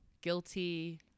Guilty